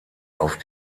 auf